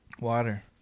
water